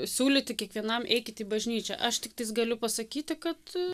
siūlyti kiekvienam eikit į bažnyčią aš tiktais galiu pasakyti kad